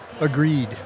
agreed